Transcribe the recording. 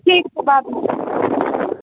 ठीक राखु